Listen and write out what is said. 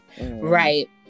Right